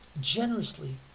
generously